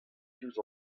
diouzh